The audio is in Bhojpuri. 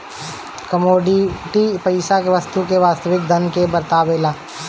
कमोडिटी पईसा वस्तु के वास्तविक धन के बतावेला